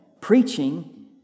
preaching